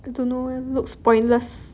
I don't know leh it looks pointless